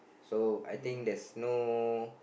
so I think there's no